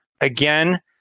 Again